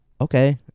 okay